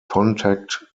contact